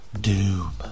doom